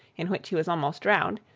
in which he was almost drowned,